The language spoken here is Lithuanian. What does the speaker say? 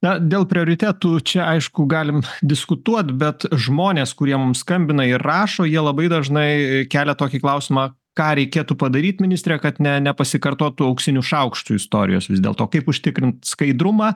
na dėl prioritetų čia aišku galim diskutuot bet žmonės kurie mum skambina ir rašo jie labai dažnai kelia tokį klausimą ką reikėtų padaryt ministre kad ne nepasikartotų auksinių šaukštų istorijos vis dėl to kaip užtikrint skaidrumą